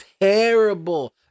terrible